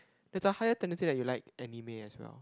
there's higher tendency that you like anime as well